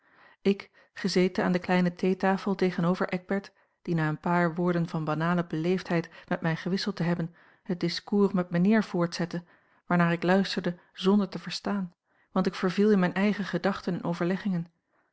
ik gezeten aan de kleine theetafel tegenover eckbert die na een paar woorden van banale beleefdheid met mij gewisseld te hebben het discours met mijnheer voortzette waarnaar ik luisterde zonder te verstaan want ik verviel in mijne eigen gedachten en